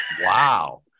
Wow